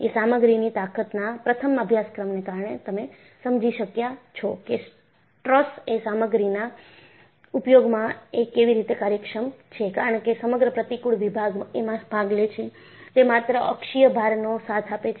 એ સામગ્રીની તાકતના પ્રથમ અભ્યાસક્રમને કારણે તમે સમજી શક્યા છો કે ટ્રસ એ સામગ્રીના ઉપયોગમાં એ કેવી રીતે કાર્યક્ષમ છે કારણ કે સમગ્ર પ્રતિકુળ વિભાગ એમાં ભાગ લે છે તે માત્ર અક્ષીય ભારનો સાથ આપે છે